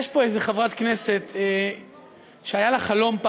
יש פה איזו חברת כנסת שהיה לה חלום,